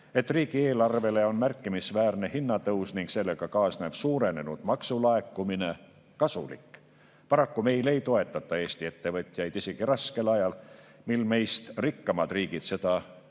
et riigieelarvele on märkimisväärne hinnatõus ning sellega kaasnev suurenenud maksulaekumine kasulik. Paraku meil ei toetata Eesti ettevõtjaid isegi raskel ajal, mil meist rikkamad riigid seda